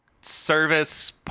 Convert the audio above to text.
service